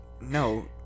No